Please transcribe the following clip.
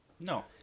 no